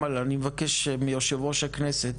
אמל אני מבקש מיושב ראש הכנסת